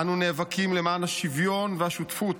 אנו נאבקים למען השוויון והשותפות,